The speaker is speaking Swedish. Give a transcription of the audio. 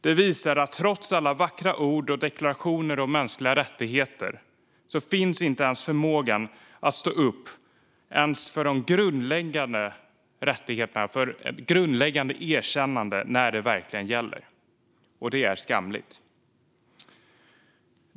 Det visar att trots alla vackra ord och deklarationer om mänskliga rättigheter finns inte förmågan att stå upp ens för ett grundläggande erkännande när det verkligen gäller, och det är skamligt.